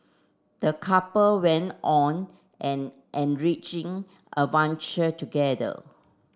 the couple went on an enriching adventure together